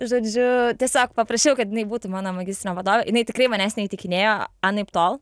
žodžiu tiesiog paprašiau kad jinai būtų mano magistrinio vadovė jinai tikrai manęs neįtikinėjo anaiptol